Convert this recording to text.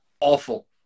awful